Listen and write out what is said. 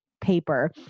paper